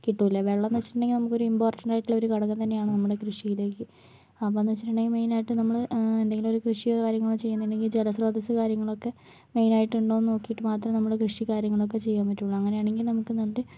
കിട്ടില്ല വെള്ളമെന്ന് വെച്ചിട്ടുണ്ടെങ്കില് നമുക്കൊരു ഇമ്പോർട്ടന്റ് ആയിട്ടുള്ള ഒരു ഘടകം തന്നെയാണ് നമ്മുടെ കൃഷിയിലേക്ക് അപ്പോഴെന്ന് വെച്ചിട്ടുണ്ടെങ്കിൽ മെയിൻ ആയിട്ട് നമ്മൾ എന്തെങ്കിലും ഒരു കൃഷിയോ കാര്യങ്ങളൊ ചെയ്യുന്നുണ്ടെങ്കിൽ ജലസ്രോതസ്സ് കാര്യങ്ങളൊക്കെ മെയിൻ ആയിട്ടിണ്ടോയെന്ന് നോക്കിയിട്ട് മാത്രമേ നമ്മൾ കൃഷി കാര്യങ്ങളൊക്കെ ചെയ്യാൻ പറ്റുള്ളൂ അങ്ങനെയാണെങ്കിൽ നമുക്ക്